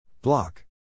Block